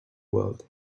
world